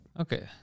Okay